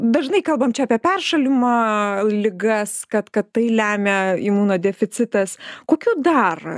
dažnai kalbam čia apie peršalimą ligas kad kad tai lemia imunodeficitas kokių dar